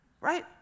right